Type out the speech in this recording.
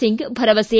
ಸಿಂಗ್ ಭರವಸೆ